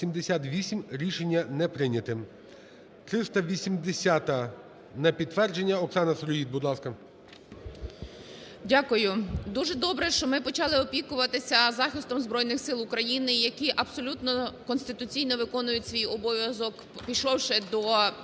Рішення не прийняте. 380-а. На підтвердження, Оксана Сироїд, будь ласка. 16:33:55 СИРОЇД О.І. Дякую. Дуже добре, що ми почали опікуватися захистом Збройних Сил України, які абсолютно конституційно виконують свій обов'язок пішовши до… на